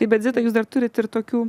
tai bet zita jūs dar turit ir tokių